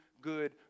Good